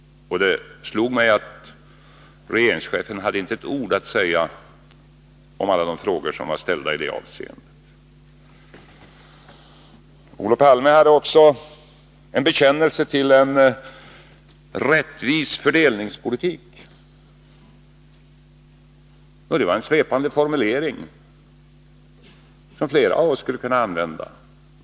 — Det slog mig att regeringschefen inte hade ett ord att säga om alla de frågor som var ställda i det avseendet. Olof Palme hade också en bekännelse till en rättvis fördelningspolitik. Den gjordes med en svepande formulering, som flera av oss skulle kunna använda.